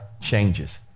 changes